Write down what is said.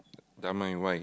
Dunman why